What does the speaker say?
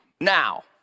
now